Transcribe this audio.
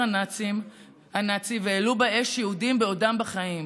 הנאצי והעלו באש יהודים בעודם בחיים.